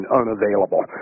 unavailable